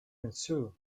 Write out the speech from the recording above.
ensue